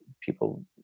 people